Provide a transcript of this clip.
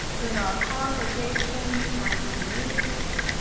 in our congregations and communities,